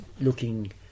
looking